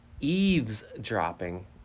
eavesdropping